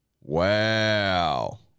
Wow